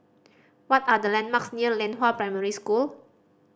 what are the landmarks near Lianhua Primary School